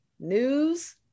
News